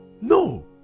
No